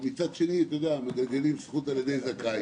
אבל מצד שני, מגלגלים זכות על ידי זכאי